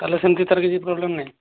ତା'ହେଲେ ସେମିତି ତାର କିଛି ପ୍ରୋବ୍ଲେମ୍ ନାହିଁ